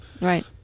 right